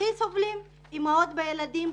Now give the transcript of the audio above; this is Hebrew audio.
הכי סובלים כאן עכשיו האימהות והילדים.